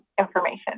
information